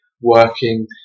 working